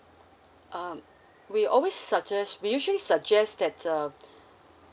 um we always suggest we usually suggest that um